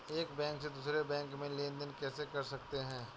एक बैंक से दूसरे बैंक में लेनदेन कैसे कर सकते हैं?